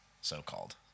So-called